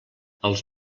als